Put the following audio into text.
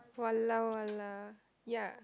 !walao! !wah! lah ya